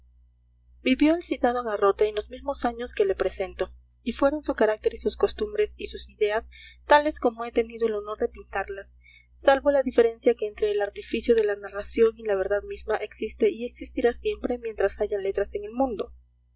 vivió el citado garrote en los mismos años que le presento y fueron su carácter y sus costumbres y sus ideas tales como he tenido el honor de pintarlas salvo la diferencia que entre el artificio de la narración y la verdad misma existe y existirá siempre mientras haya letras en el mundo